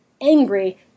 angry